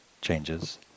Changes